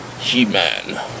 He-Man